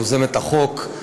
יוזמת החוק,